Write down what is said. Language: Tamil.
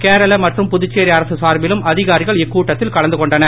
கேரள மம்றும் புதுச்சேரி அரக சார்பிலும் அதிகாரிகள் இக்கூட்டத்தில் கலந்து கொண்டனர்